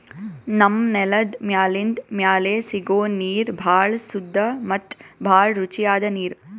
ನಮ್ಮ್ ನೆಲದ್ ಮ್ಯಾಲಿಂದ್ ಮ್ಯಾಲೆ ಸಿಗೋ ನೀರ್ ಭಾಳ್ ಸುದ್ದ ಮತ್ತ್ ಭಾಳ್ ರುಚಿಯಾದ್ ನೀರ್